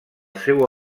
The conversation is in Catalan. seu